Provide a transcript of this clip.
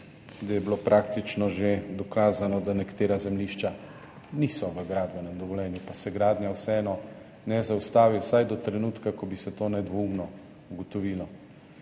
da je bilo praktično že dokazano, da nekatera zemljišča niso v gradbenem dovoljenju, pa se gradnja vseeno ne zaustavi vsaj do trenutka, ko bi se to nedvoumno ugotovilo.